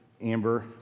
Amber